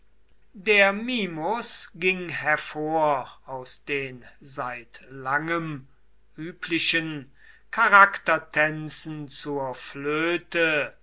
der mimus ging hervor aus den seit langem üblichen charaktertänzen zur flöte